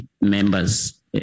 members